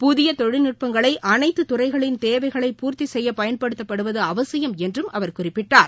புதிய தொழில்நுட்பங்களை அனைத்து துறைகளின் தேவைகளை பூர்த்தி செய்ய பயன்படுத்துவது அவசியம் என்றும் அவர் குறிப்பிட்டார்